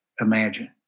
imagine